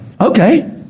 Okay